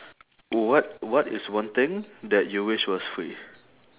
what what is one thing that you wish was free